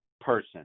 person